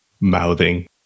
mouthing